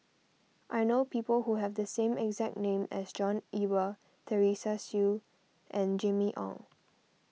I know people who have the exact name as John Eber Teresa Hsu and Jimmy Ong